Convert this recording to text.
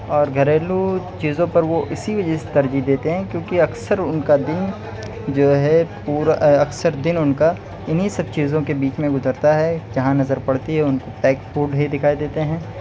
اور گھریلو چیزوں پر وہ اسی وجہ سے ترجیح دیتے ہیں کیوںکہ اکثر ان کا دن جو ہے اکثر دن ان کا انہیں سب چیزوں کے بیچ میں گزرتا ہے جہاں نظر پڑتی ہے ان کی پیک فوڈ ہی دکھائی دیتے ہیں